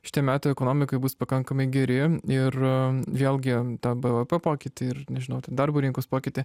šitie metai ekonomikai bus pakankamai geri ir vėlgi tą bvp pokytį ir nežinau ten darbo rinkos pokytį